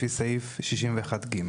לפי סעיף 61(ג).